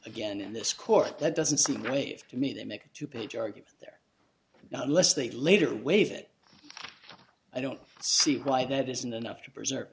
again in this court that doesn't seem right to me they make a two page argument there now unless they later waive it i don't see why that isn't enough to preserve